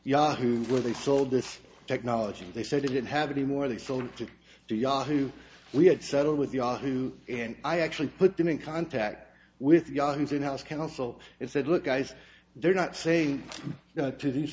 yahoo where they sold this technology they said they didn't have any more they sold to do yahoo we had settled with yahoo and i actually put them in contact with yahoo's in house counsel and said look guys they're not saying no to these